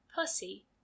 Pussy